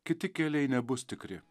kiti keliai nebus tikri